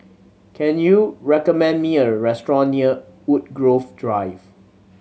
can you recommend me a restaurant near Woodgrove Drive